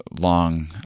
long